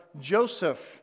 Joseph